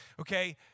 Okay